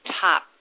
top